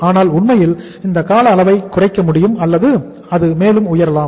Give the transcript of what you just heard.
ஆனால் உண்மையில் இந்த கால அளவை குறைக்க முடியும் அல்லது அது மேலும் உயரலாம்